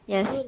Yes